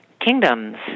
kingdoms